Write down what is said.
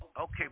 Okay